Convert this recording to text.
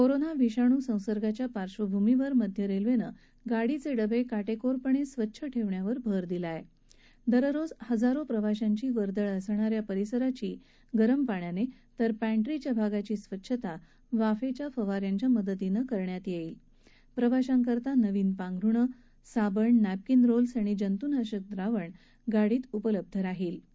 corona विषाणू संसर्गाच्या पार्श्वभूमीवर मध्य रस्त्वित्तीगाडीच डिब क्राटक्रीरपण स्विच्छ ठक्षियावर भर दिला आह दिररोज हजारो प्रवाशांची वर्दळ असणा या परिसराची गरम पाण्यान तिर पॅन्ट्रीच्या भागाची स्वच्छता वाफ्छ्या फवा यांच्या मदतीनं करण्यात यद्दत्री प्रवाशांकरता नवीन पांधरुणं साबण नॅपकिन रोल्स आणि जंतुनाशक द्रावण गाडीत उपलब्ध ठक्ष्यात यह्क्री